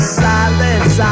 silence